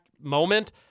moment